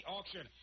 Auction